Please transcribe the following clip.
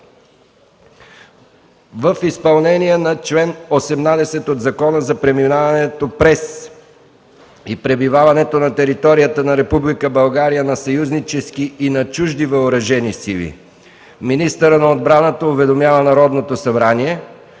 В изпълнение на чл. 18 от Закона за преминаването през и пребиваването на територията на Република България на съюзнически и на чужди въоръжени сили, министърът на отбраната уведомява Народното събрание,